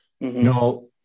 No